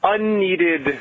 Unneeded